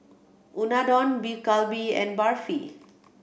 Unadon Beef Galbi and Barfi